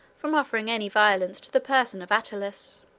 from offering any violence to the person of attalus.